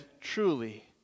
Truly